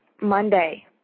Monday